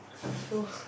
so